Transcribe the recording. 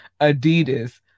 Adidas